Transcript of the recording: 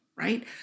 Right